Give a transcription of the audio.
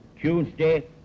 Tuesday